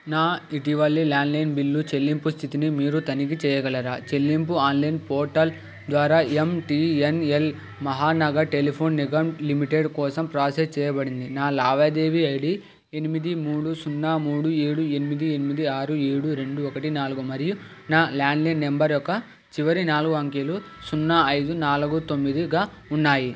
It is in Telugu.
నా ఇటీవలి ల్యాండ్లైన్ బిల్లు చెల్లింపు స్థితిని మీరు తనిఖీ చెయ్యగలరా చెల్లింపు ఆన్లైన్ పోర్టల్ ద్వారా MTNL Mahanagar Telephone Nigam Limited కోసం ప్రాసెస్ చెయ్యబడింది నా లావాదేవీ ఐడి ఎనిమిది మూడు సున్నా మూడు ఏడు ఎనిమిది ఎనిమిది ఆరు ఏడు రెండు ఒకటి నాలుగు మరియు నా ల్యాండ్లైన్ నంబర్ యొక్క చివరి నాలుగు అంకెలు సున్నా ఐదు నాలుగు తొమ్మిదిగా ఉన్నాయి